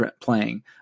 playing